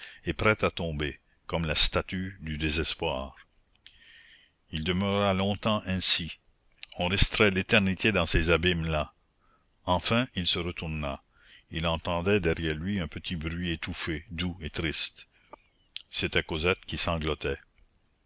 et prêt à tomber comme la statue du désespoir il demeura longtemps ainsi on resterait l'éternité dans ces abîmes là enfin il se retourna il entendait derrière lui un petit bruit étouffé doux et triste c'était cosette qui sanglotait